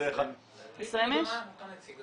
20 איש.